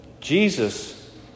Jesus